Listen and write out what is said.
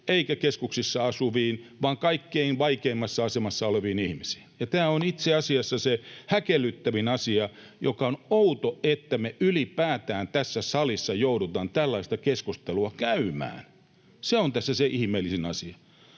eikä keskuksissa asuviin, vaan kaikkein vaikeimmassa asemassa oleviin ihmisiin. Tämä on itse asiassa se outo ja häkellyttävin asia, että me ylipäätään tässä salissa joudutaan tällaista keskustelua käymään. Se on tässä se ihmeellisin asia.